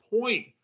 point